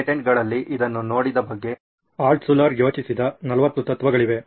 ಪೇಟೆಂಟ್ಗಳಲ್ಲಿ ಇದನ್ನು ನೋಡಿದ ಬಗ್ಗೆ ಆಲ್ಟ್ಷುಲ್ಲರ್ ಯೋಚಿಸಿದ 40 ತತ್ವಗಳಿವೆ